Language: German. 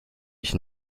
ich